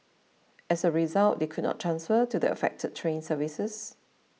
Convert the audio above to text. as a result they could not transfer to the affected train services